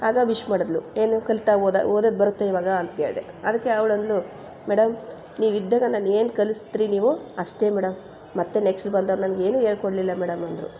ಆಗ ವಿಶ್ ಮಾಡಿದ್ಲು ಏನು ಕಲಿತಾ ಹೋದ ಓದೋದು ಬರುತ್ತಾ ಇವಾಗ ಅಂತ ಕೇಳಿದೆ ಅದಕ್ಕೆ ಅವ್ಳು ಅಂದಳು ಮೇಡಮ್ ನೀವು ಇದ್ದಾಗ ನನ್ನ ಏನು ಕಲ್ಸಿದ್ರಿ ನೀವು ಅಷ್ಟೇ ಮೇಡಮ್ ಮತ್ತು ನೆಕ್ಸ್ಟ್ ಬಂದೋರು ನನ್ಗೆ ಏನೂ ಹೇಳ್ಕೊಡ್ಲಿಲ್ಲ ಮೇಡಮ್ ಅಂದರೂ